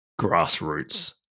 grassroots